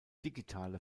digitale